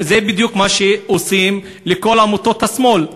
זה בדיוק מה שעושים לכל עמותות השמאל.